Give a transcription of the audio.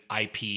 IP